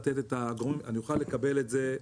אני אוכל לקבל את זה.